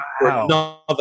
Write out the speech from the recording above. wow